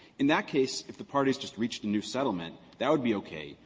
in that case, if the parties just reached a new settlement, that would be okay,